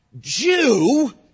Jew